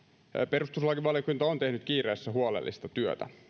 perustuslakivaliokunta on tehnyt kiireessä huolellista työtä